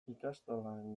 ikastolan